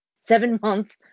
seven-month